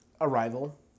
Arrival